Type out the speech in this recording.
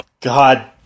god